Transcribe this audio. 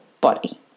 body